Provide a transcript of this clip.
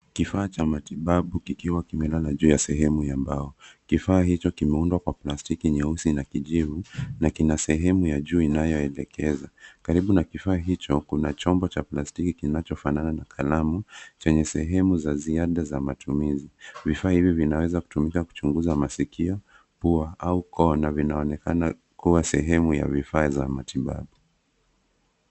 Kifaa cha matibabu kikiwa kimelala juu ya sehemu ya mbao. Kifaa hicho kimeundwa kwa plastiki nyeusi na kijivu na kina sehemu ya juu inayoelekeza karibu na kifaa hicho kuna chombo cha plastiki kinachofanana na kalamu chenye sehemu za ziada za matumizi. Vifaa hivi vinaweza kutumika kuchunguza masikio, pua au koo na vinaonekana kuwa sehemu ya vifaa za matibabu.